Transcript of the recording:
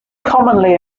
commonly